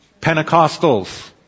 Pentecostals